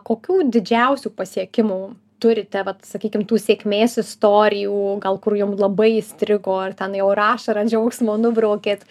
kokių didžiausių pasiekimų turite vat sakykim tų sėkmės istorijų gal kur jum labai įstrigo ar ten jau ir ašarą džiaugsmo nubraukėt